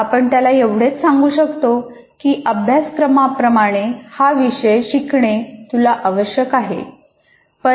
आपण त्याला एवढेच सांगू शकतो की अभ्यासक्रमाप्रमाणे हा विषय शिकणे तुला आवश्यक आहे